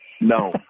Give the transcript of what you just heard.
No